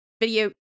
video